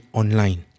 online